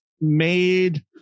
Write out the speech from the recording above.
made